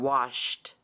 Washed